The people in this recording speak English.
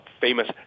famous